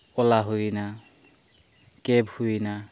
ᱳᱞᱟ ᱦᱩᱭᱮᱱᱟ ᱠᱮᱵᱽ ᱦᱩᱭᱮᱱᱟ